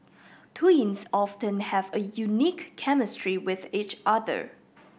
twins often have a unique chemistry with each other